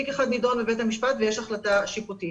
תיק אחד נדון בבית המשפט ויש החלטה שיפוטית.